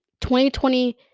2020